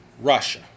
Russia